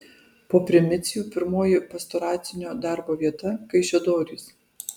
po primicijų pirmoji pastoracinio darbo vieta kaišiadorys